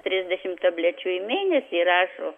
trisdešim tablečių į mėnesį rašo